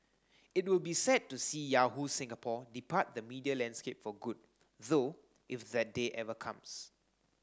it will be sad to see Yahoo Singapore depart the media landscape for good though if that day ever comes